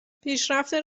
پیشرفت